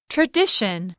Tradition